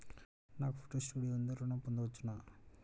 నాకు photo studio ఉంది ఋణం పొంద వచ్చునా?